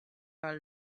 our